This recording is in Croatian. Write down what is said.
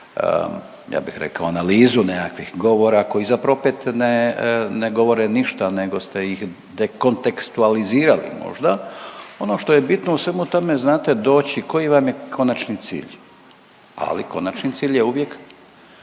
ja bih rekao analizu nekakvih govora koji zapravo opet ne govore ništa nego ste ih dekontekstualizirali možda. Ono što je bitno u svemu tome znate doći koji vam je konačni cilj, ali konačni cilj je uvijek